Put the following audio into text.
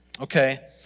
Okay